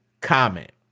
comment